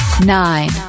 Nine